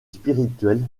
spirituel